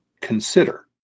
consider